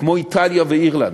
כמו איטליה ואירלנד,